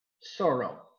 sorrow